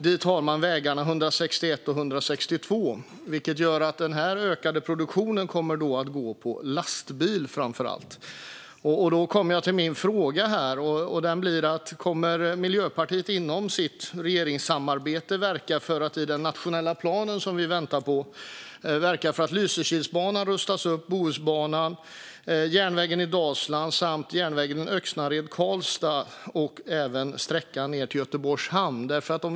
Dit tar man vägarna 161 och 162, vilket gör att den ökade produktionen kommer att leda till framför allt ökade lastbilstransporter. Kommer Miljöpartiet att inom sitt regeringssamarbete verka för att inom ramen för den nationella planen, som vi väntar på, rusta upp Lysekilsbanan, Bohusbanan, järnvägen i Dalsland, järnvägen mellan Öxnered och Karlstad samt sträckan ned till Göteborgs hamn?